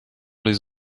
les